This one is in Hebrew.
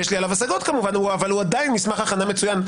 יש לי עליו השגות כמובן אבל הוא עדיין מסמך הכנה מצוין,